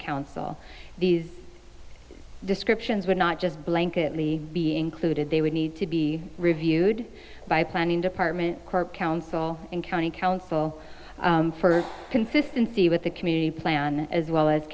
council these descriptions would not just blanket lee be included they would need to be reviewed by planning department council and county council for consistency with a community plan as well as